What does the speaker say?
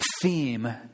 theme